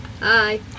Hi